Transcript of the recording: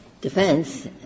defense